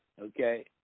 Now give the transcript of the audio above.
okay